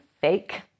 fake